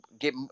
get